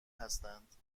هستند